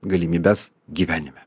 galimybes gyvenime